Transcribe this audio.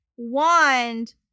wand